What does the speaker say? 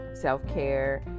Self-care